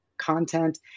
content